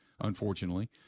unfortunately